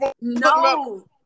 no